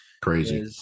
Crazy